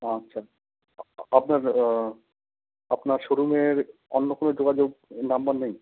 আচ্ছা আপনার আপনার শোরুমের অন্য কোনো যোগাযোগ নাম্বার নেই